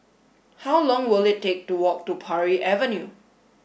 how long will it take to walk to Parry Avenue